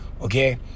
okay